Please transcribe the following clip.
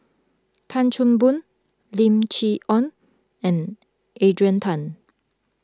Tan Chan Boon Lim Chee Onn and Adrian Tan